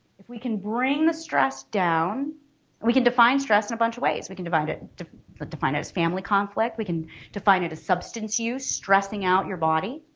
if we can bring the stress down we can define stress in a bunch of ways we can define it but define it as family conflict, we can define it as substance use stressing out your body.